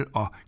og